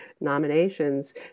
nominations